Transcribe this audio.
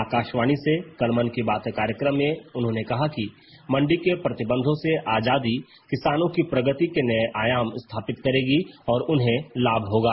आकाशवाणी से कल मन की बात कार्यक्रम में उन्होंने कहा कि मंडी के प्रतिबंधों से आजादी किसानों की प्रगति के नए आयाम स्थापित करेगी और उन्हें लाभ होगा